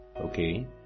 Okay